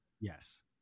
Yes